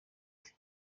ate